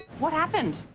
what happened?